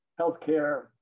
healthcare